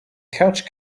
couch